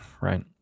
right